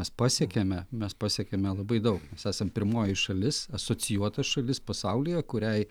mes pasiekėme mes pasiekėme labai daug esam pirmoji šalis asocijuota šalis pasaulyje kuriai